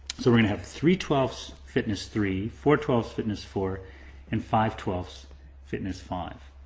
so we're gonna have three twelve s fitness three, four twelve s fitness four and five twelve s fitness five.